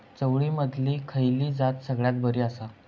चवळीमधली खयली जात सगळ्यात बरी आसा?